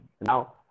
Now